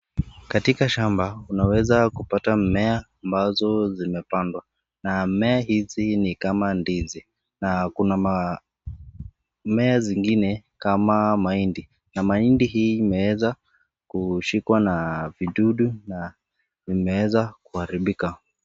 Katika shamba unaweza kupata mimea ambazo zimepandwa na mimea hizi ni kama ndizi. Na kuna mamea zingine kama mahindi na mahindi hii imeweza kushikwa na vidudu na vimeweza kuharibika.